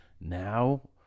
now